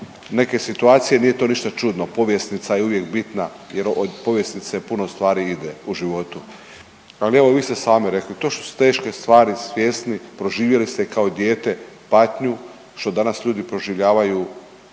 neke situacije nije to ništa čudno. Povjesnica je uvijek bitna jer od povjesnice puno stvari ide u životu. Ali evo i vi ste sami rekli to što su teške stvari svjesni, proživjeli ste i kao dijete patnju što danas ljudi proživljavaju